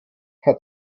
hat